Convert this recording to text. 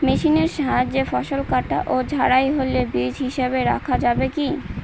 মেশিনের সাহায্যে ফসল কাটা ও ঝাড়াই হলে বীজ হিসাবে রাখা যাবে কি?